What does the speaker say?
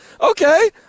Okay